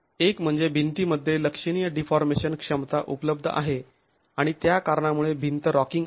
एक म्हणजे भिंतीमध्ये लक्षणीय डीफॉर्मेशन क्षमता उपलब्ध आहे आणि त्या कारणामुळे भिंत राॅकिंग आहे